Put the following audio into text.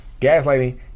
Gaslighting